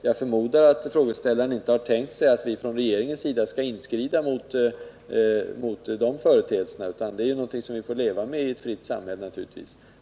Jag förmodar att frågeställaren inte har tänkt sig att regeringen skall inskrida mot sådana företeelser. Naturligtvis är detta sådant som man får finna sig i i ett fritt samhälle.